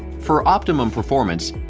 for optimum performance,